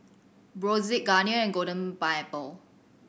Brotzeit Garnier and Golden Pineapple